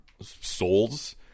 souls